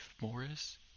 Morris